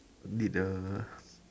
did the